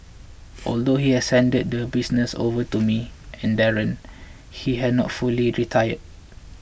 although he has handed the business over to me and Darren he has not fully retired